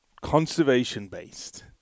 conservation-based